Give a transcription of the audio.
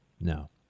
no